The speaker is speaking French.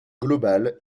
globale